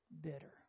bitter